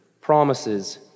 promises